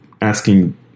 asking